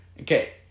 Okay